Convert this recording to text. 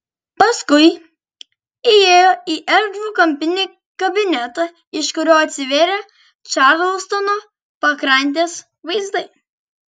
paskui įėjo į erdvų kampinį kabinetą iš kurio atsivėrė čarlstono pakrantės vaizdai